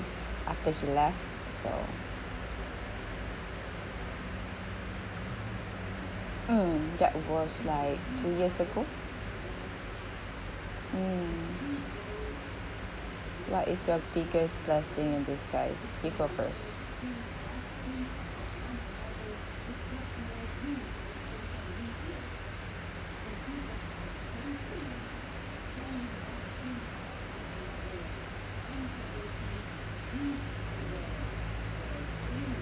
after he left so mm that was like two years ago mm what is your biggest blessing in disguise you go first